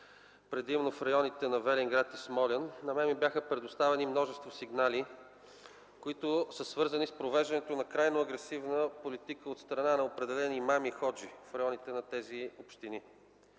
предимно в районите на Велинград и Смолян, ми бяха предоставени множество сигнали, свързани с провеждането на крайно агресивна политика от страна на определени имами и ходжи в районите на тези общини.